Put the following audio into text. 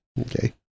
Okay